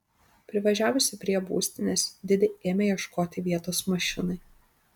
privažiavusi prie būstinės didi ėmė ieškoti vietos mašinai